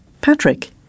Patrick